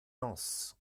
nos